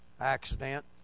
accident